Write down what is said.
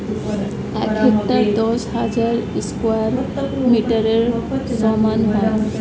এক হেক্টার দশ হাজার স্কয়ার মিটারের সমান